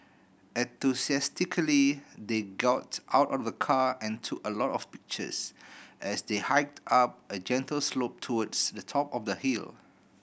enthusiastically they got out of the car and took a lot of pictures as they hiked up a gentle slope towards the top of the hill